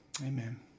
Amen